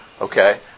Okay